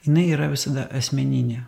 jinai yra visada asmeninė